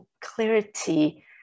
clarity